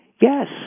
Yes